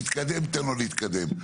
יתקדם, תיתן לו להתקדם.